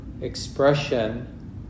expression